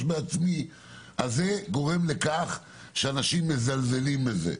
בעצמי - זה גורם לכך שאנשים מזלזלים בזה.